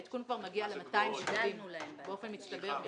העדכון כבר מגיע ל-200 שקלים באופן מצטבר.